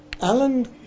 Alan